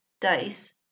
dice